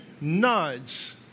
nudge